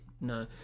no